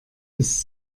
ist